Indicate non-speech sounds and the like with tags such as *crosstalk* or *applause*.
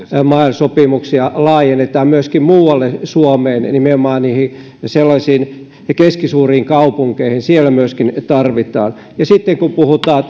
sopimuksia myöskin laajennettaisiin muualle suomeen nimenomaan sellaisiin keskisuuriin kaupunkeihin siellä myöskin tarvitaan niitä ja sitten kun puhutaan *unintelligible*